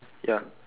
ya